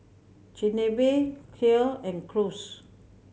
Chigenabe Kheer and Gyros